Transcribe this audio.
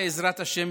בעזרת השם,